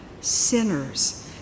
sinners